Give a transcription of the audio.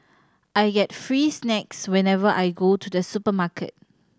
I get free snacks whenever I go to the supermarket